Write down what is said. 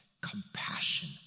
Compassion